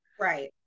Right